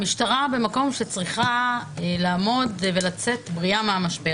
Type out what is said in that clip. המשטרה במקום שהיא צריכה לעמוד ולצאת בריאה מהמשבר